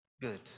good